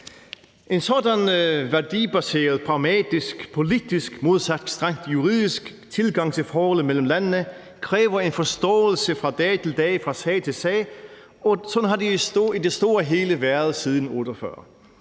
En sådan værdibaseret, pragmatisk og politisk, modsat strengt juridisk, tilgang til forholdet mellem landene, kræver en forståelse fra dag til dag og fra sag til sag, og sådan har det i det store hele været siden 1948.